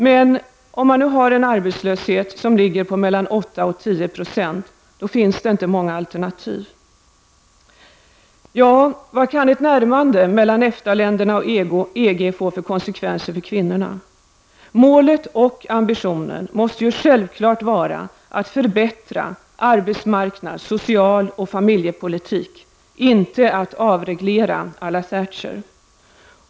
Men om man har en arbetslöshet som ligger mellan 8 och 10 % finns det inte många alternativ. Ja, vad kan ett närmande mellan EFTA-länderna och EG få för konsekvenser för kvinnorna? Målet och ambitionen måste självfallet vara att förbättra arbetsmarknads-, social och familjepolitiken -- inte att avreglera à la Thatcher.